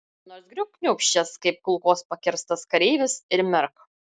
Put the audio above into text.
nors griūk kniūbsčias kaip kulkos pakirstas kareivis ir mirk